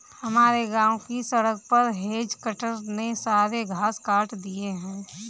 हमारे गांव की सड़क पर हेज कटर ने सारे घास काट दिए हैं